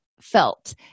felt